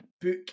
Book